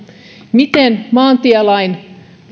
miten maantielain